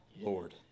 Lord